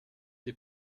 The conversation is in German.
die